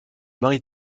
marie